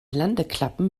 landeklappen